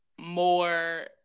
more